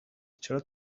چرا